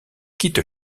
quitte